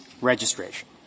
registration